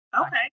Okay